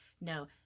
no